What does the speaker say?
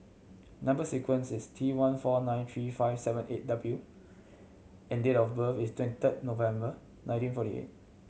number sequence is T one four nine three five seven eight W and date of birth is twenty third November nineteen forty eight